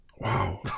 Wow